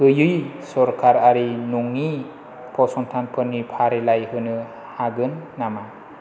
गैयै सरकारि नङि फसंथानफोरनि फारिलाइ होनो हागोन नामा